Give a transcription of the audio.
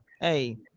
hey